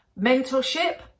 mentorship